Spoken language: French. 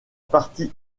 partie